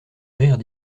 rire